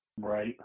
Right